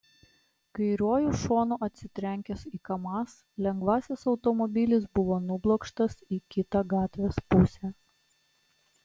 kairiuoju šonu atsitrenkęs į kamaz lengvasis automobilis buvo nublokštas į kitą gatvės pusę